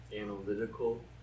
analytical